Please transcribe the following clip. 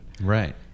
right